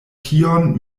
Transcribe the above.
tion